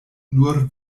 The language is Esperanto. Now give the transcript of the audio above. nur